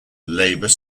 labour